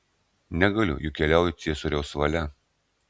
negaliu juk keliauju ciesoriaus valia